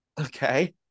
Okay